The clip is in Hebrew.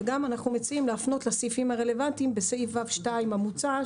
וגם אנחנו מציעים להפנות לסעיפים הרלוונטיים בסעיף ו2 המוצע,